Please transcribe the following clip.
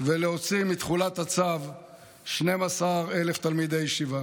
ולהוציא מתחולת הצו 12,000 תלמידי ישיבה.